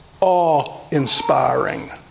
awe-inspiring